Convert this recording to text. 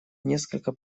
несколько